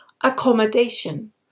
Accommodation